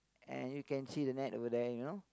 and you can see the net over there you know